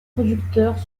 producteurs